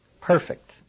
Perfect